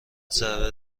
ضرب